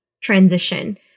transition